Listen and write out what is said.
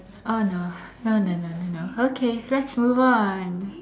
oh no no no no no no okay let's move on